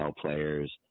players